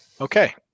Okay